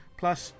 plus